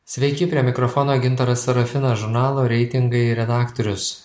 sveiki prie mikrofono gintaras serafinas žurnalo reitingai redaktorius